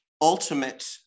ultimate